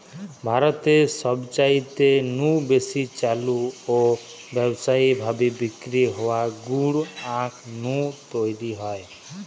ভারতে সবচাইতে নু বেশি চালু ও ব্যাবসায়ী ভাবি বিক্রি হওয়া গুড় আখ নু তৈরি হয়